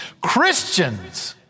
Christians